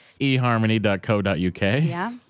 eharmony.co.uk